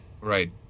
right